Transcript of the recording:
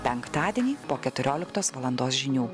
penktadienį po keturioliktos valandos žinių